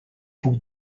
puc